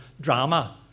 drama